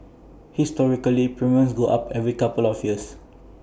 historically premiums go up every couple of years